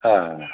হয় হয়